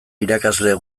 irakasleek